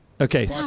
Okay